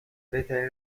بهترین